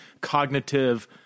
cognitive